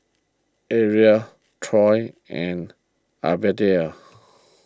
Erla Toy and Abdiel